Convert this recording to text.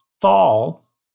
fall